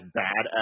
bad